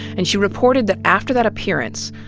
and she reported that after that appearance,